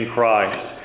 Christ